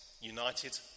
United